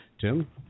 Tim